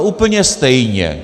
Úplně stejně!